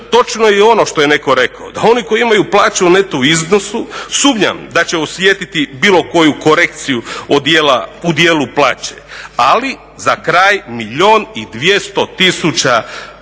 Točno je i ono što je netko rekao, da oni koji imaju plaću u neto iznosu sumnjam da će osjetiti bilo koju korekciju u dijelu plaće, ali za kraj milijun i 200 tisuća